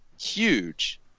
huge